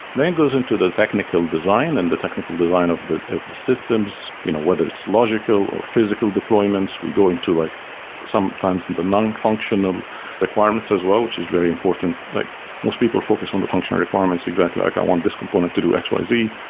then goes into the technical design and the technical design of the of the systems, whether it's logical, or physical deployments. we go into like sometimes in the non-functional requirements as well, which is very important like most people focus on the functional requirements exactly, like i want this component to do x, y, z.